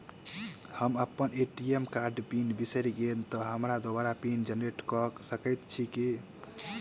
हम अप्पन ए.टी.एम कार्डक पिन बिसैर गेलियै तऽ हमरा दोबारा पिन जेनरेट कऽ सकैत छी की?